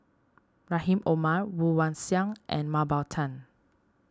Rahim Omar Woon Wah Siang and Mah Bow Tan